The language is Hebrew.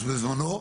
אז בזמנו,